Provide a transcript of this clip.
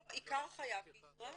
לא, עיקר חייו בישראל.